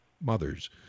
mothers